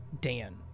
Dan